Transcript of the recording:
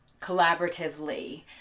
collaboratively